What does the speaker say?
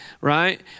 right